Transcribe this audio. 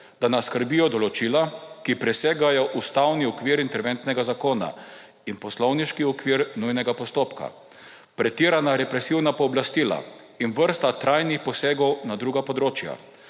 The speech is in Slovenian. da nas skrbijo določila, ki presegajo ustavni okvir interventnega zakona in poslovniški okvir nujnega postopka, pretirana represivna pooblastila in vrsta trajnih posegov na druga področja,